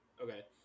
Okay